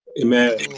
Amen